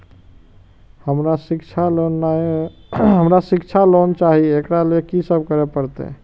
हमरा शिक्षा लोन चाही ऐ के लिए की सब करे परतै?